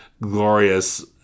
glorious